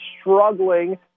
struggling